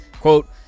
Quote